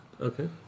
Okay